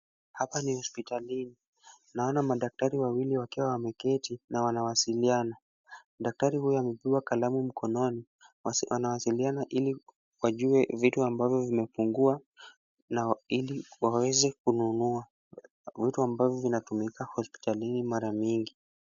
Hapa ni hospitalini, tunaona madaktari wawili wakiwa wameketi na wanawasiliana. Daktari huyo amebeba kalamu mkononi wanawasiliana ili wajue vitu ambavyo vimepungua na ili waweze kununua vitu ambavyo vinatumika hospitalini mara nyingi.